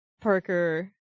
Parker